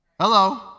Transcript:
Hello